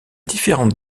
différentes